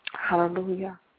Hallelujah